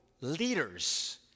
leaders